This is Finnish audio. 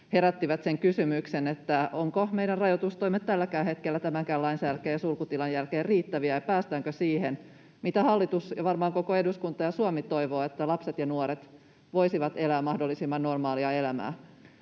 herättivät sen kysymyksen, ovatko meidän rajoitustoimet tälläkään hetkellä tämänkään lain jälkeen ja sulkutilan jälkeen riittäviä ja päästäänkö siihen, mitä hallitus ja varmaan koko eduskunta ja Suomi toivoo, että lapset ja nuoret voisivat elää mahdollisimman normaalia elämää.